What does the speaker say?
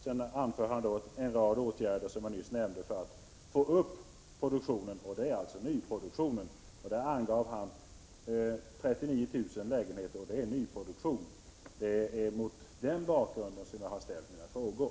— Sedan räknade Oskar Lindkvist upp en rad åtgärder som jag nyss nämnde för att få upp produktionen. Han angav 39 000 lägenheter, och det var nyproduktion. Det är mot den bakgrunden jag har ställt mina frågor.